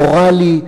מורלי,